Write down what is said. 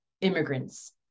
immigrants